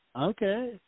Okay